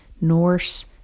Norse